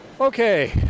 Okay